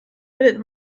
bildet